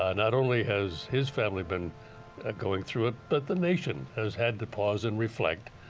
ah not only has his family been going through it but the nation has had to pause and reflect.